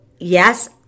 yes